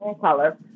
color